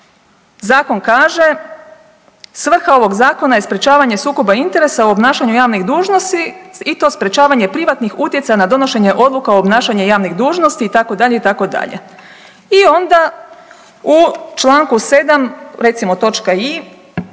zakon kaže „Svrha ovog zakona je sprječavanje sukoba interesa u obnašanju javnih dužnosti i to sprječavanje privatnih utjecaja na donošenje odluka u obnašanju javnih dužnosti“ itd., itd. i onda u čl. 7. recimo točka i)